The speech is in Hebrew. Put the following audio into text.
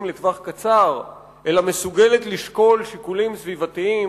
לטווח קצר אלא מסוגלת לשקול שיקולים סביבתיים,